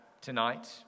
tonight